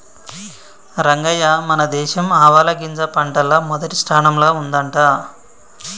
రంగయ్య మన దేశం ఆవాలగింజ పంటల్ల మొదటి స్థానంల ఉండంట